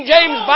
James